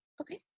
Okay